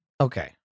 okay